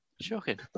Shocking